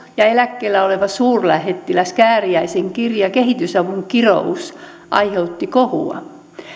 ja eläkkeellä olevan suurlähettilään kääriäisen kirja kehitysavun kirous aiheutti kohua